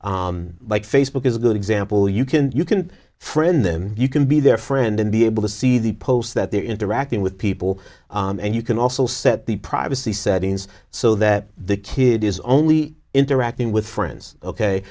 like facebook is a good example you can you can friend them you can be their friend and be able to see the posts that they're interacting with people and you can also set the privacy settings so that the kid is only interacting with friends ok